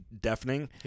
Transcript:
deafening